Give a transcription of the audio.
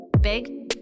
Big